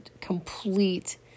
complete